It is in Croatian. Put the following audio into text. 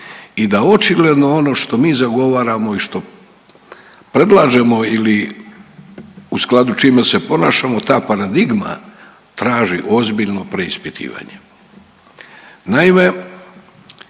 i da očigledno ono što mi zagovaramo i što predlažemo ili u skladu s čime se ponašamo ta paradigma traži ozbiljno preispitivanje.